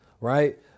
right